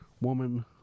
woman